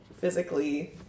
physically